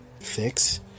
fix